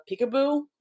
peekaboo